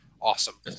Awesome